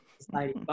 society